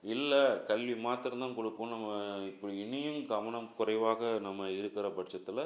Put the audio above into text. இல்லை கல்வி மாத்திரம் தான் கொடுப்போன்னு நம்ம இப்படி இனியும் கவனம் குறைவாக நம்ம இருக்கிற பட்சத்தில்